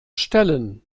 stellen